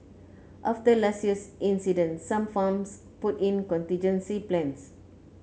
after last year's incident some farms put in contingency plans